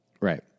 Right